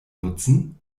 nutzen